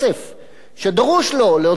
שדרוש לו להוצאות ריפוי,